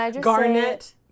Garnet